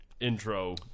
intro